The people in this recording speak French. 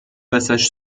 passages